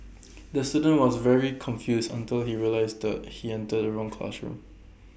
the student was very confused until he realised he entered the wrong classroom